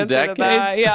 decades